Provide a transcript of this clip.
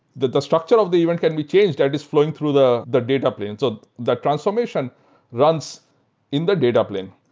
the the structure of the event can be changed that is flowing through the the data plane. so the transformations runs in the data plane.